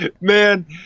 Man